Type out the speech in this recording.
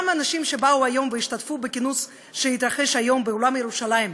גם אנשים שבאו והשתתפו בכינוס שהתקיים היום באולם ירושלים,